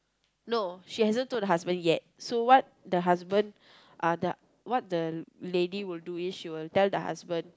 no she hasn't told the husband yet so what the husband uh the what the lady will do is she will tell the husband